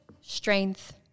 strength